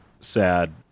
sad